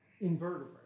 invertebrates